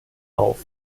auf